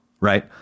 Right